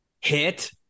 hit